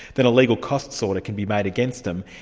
then a legal costs order can be made against them.